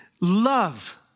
love